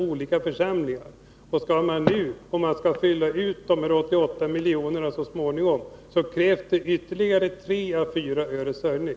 Om man nu så småningom skall fylla ut de här 88 miljonerna, krävs det ytterligare 3 å 4 öres höjning.